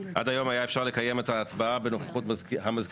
עד היום היה אפשר לקיים את ההצבעה בנוכחות המזכיר,